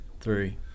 Three